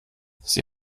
sie